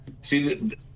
See